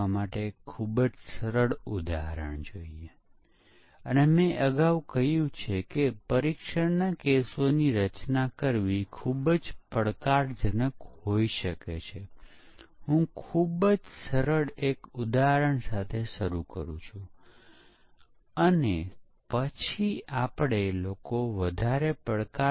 આ પરિભાષાઓને IEEE ધોરણ 1044 માં વ્યાખ્યાયિત કરવામાં આવી છે જે 1993 માં બનાવવામાં આવ્યું તેમાં ભૂલ ખામી અને નિષ્ફળતા બધાને સમાનાર્થી તરીકે માનવામાં આવતા હતા